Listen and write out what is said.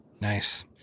Nice